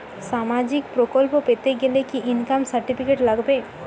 সামাজীক প্রকল্প পেতে গেলে কি ইনকাম সার্টিফিকেট লাগবে?